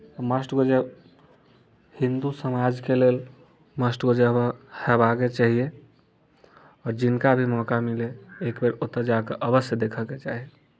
must go जे हिन्दू समाजके लेल मस्ट गो जगह हेबाक चाहियै आ जिनका भी मौका मिलय एक बेर ओतय जा कऽ अवश्य देखयके चाही